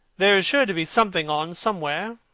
there is sure to be something on, somewhere.